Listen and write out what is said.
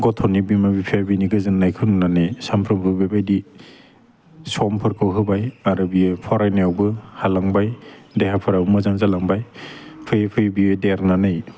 गथ'नि बिमा बिफाया बिनि गोजोन्नायखौ नुनानै सामफ्रोमबो बेबायदि समफोरखौ होबाय आरो बियो फरायनायावबो हालांबाय देहाफोरा मोजां जालांबाय फैयै फैयै बेयो देरनानै